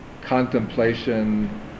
contemplation